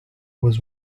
was